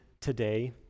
today